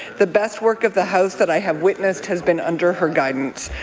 the best work of the house that i have witnessed has been under her guidance.